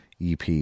EP